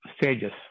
stages